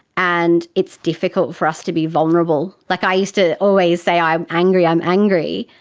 and it's difficult for us to be vulnerable. like i used to always say i'm angry, i'm angry,